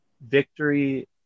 victory